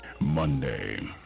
Monday